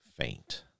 faint